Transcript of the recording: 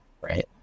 right